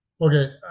Okay